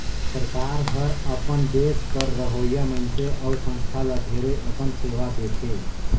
सरकार हर अपन देस कर रहोइया मइनसे अउ संस्था ल ढेरे अकन सेवा देथे